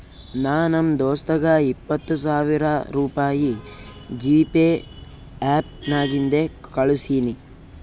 ನಾ ನಮ್ ದೋಸ್ತಗ ಇಪ್ಪತ್ ಸಾವಿರ ರುಪಾಯಿ ಜಿಪೇ ಆ್ಯಪ್ ನಾಗಿಂದೆ ಕಳುಸಿನಿ